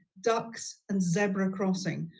ducks and zebra crossing.